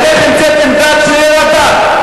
אתם המצאתם דת, שיהיה לה דת.